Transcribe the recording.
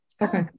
Okay